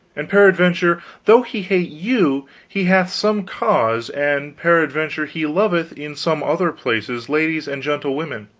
and peradventure though he hate you he hath some cause, and peradventure he loveth in some other places ladies and gentlewomen,